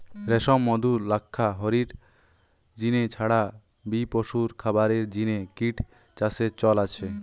রেশম, মধু, লাক্ষা হারির জিনে ছাড়া বি পশুর খাবারের জিনে কিট চাষের চল আছে